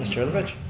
herlovich?